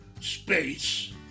space